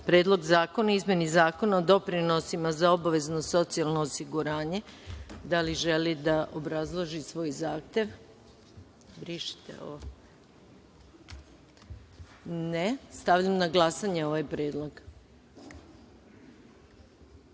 Predlog zakona o izmeni Zakona o doprinosima za obavezno socijalno osiguranje. Da li želi da obrazloži svoj zahtev? (Ne.)Stavljam na glasanje ovaj